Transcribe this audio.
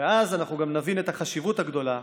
ואז אנחנו גם נבין את החשיבות הגדולה